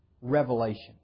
revelation